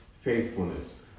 faithfulness